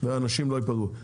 ואנשים לא ייפגעו.